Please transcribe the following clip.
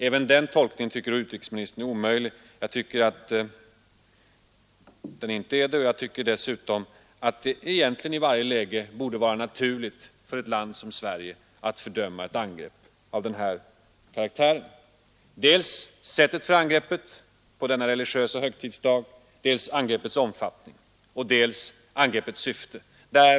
Även den tolkningen tycker utrikesministern är omöjlig. Jag tycker att den inte är det, och jag anser dessutom att det i varje läge borde vara naturligt för ett land som Sverige att fördöma ett angrepp av den här karaktären — dels sättet för angreppet på denna religiösa högtidsdag, dels angreppets omfattning, dels angreppets syfte.